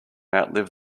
outlive